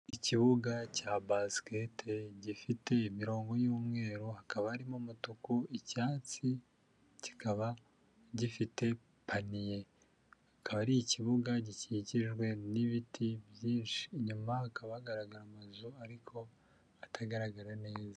Ikibuga cya basikete gifite imirongo y'umweru, hakaba harimo umutuku, icyatsi kikaba gifite paniye, akaba ari ikibuga gikikijwe n'ibiti byinshi inyuma hakaba hagaragara amazu ariko atagaragara neza.